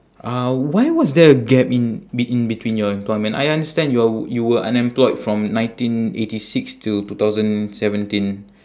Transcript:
uh why was there a gap in b~ in between your employment I understand y~ you were unemployed from nineteen eighty six to two thousand seventeen